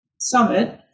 summit